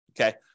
okay